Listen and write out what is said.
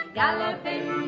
galloping